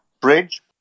Bridge